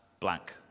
blank